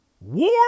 War